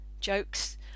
jokes